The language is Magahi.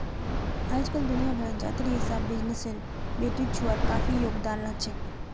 अइजकाल दुनिया भरत जातेर हिसाब बिजनेसत बेटिछुआर काफी योगदान रहछेक